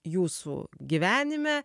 jūsų gyvenime